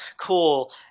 cool